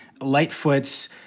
Lightfoot's